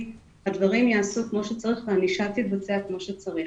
הדברים ייעשו כמו שצריך והענישה תתבצע כמו שצריך.